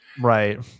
right